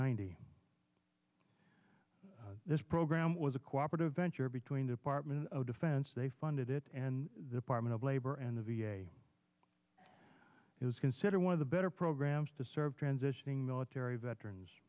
ninety this program was a cooperative venture between department of defense they funded it and the apartment of labor and the v a is considered one of the better programs to serve transitioning military veterans